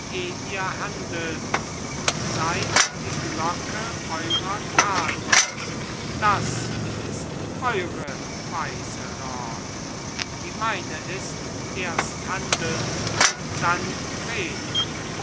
ihr handelt und seid die glocke eurer taten das ist eure weise lord die meine ist erst handeln und dann reden